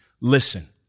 listen